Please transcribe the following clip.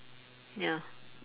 ya